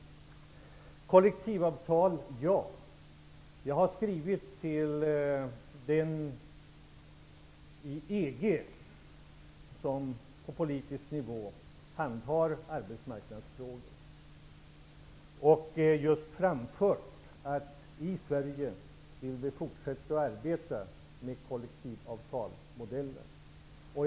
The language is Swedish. När det gäller kollektivavtal har jag skrivit till den person i EG som handhar arbetsmarknadsfrågor på politisk nivå. Där har jag framfört att vi vill fortsätta att arbeta med kollektivavtalsmodellen i Sverige.